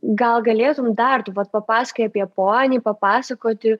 gal galėtum dar tu vat papasakojai apie ponį papasakoti